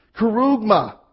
kerugma